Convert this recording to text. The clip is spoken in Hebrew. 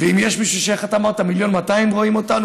ואם יש מישהו, איך אמרת, 1.2 מיליון רואים אותנו?